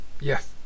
Yes